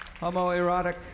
homoerotic